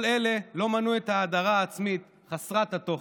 כל אלה לא מנעו את ההאדרה העצמית חסרת התוכן.